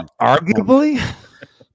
Arguably